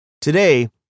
Today